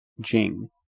jing